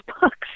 books